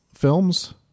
Films